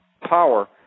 power